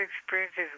experiences